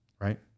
Right